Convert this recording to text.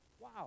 Wow